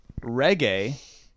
reggae